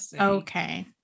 okay